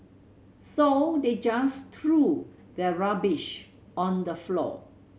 so they just threw their rubbish on the floor